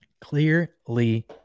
Clearly